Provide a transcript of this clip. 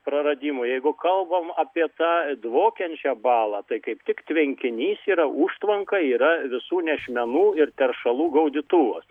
praradimų jeigu kalbam apie tą dvokiančią balą tai kaip tik tvenkinys yra užtvanka yra visų nešmenų ir teršalų gaudytuvas